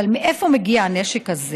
אבל מאיפה מגיע הנשק הזה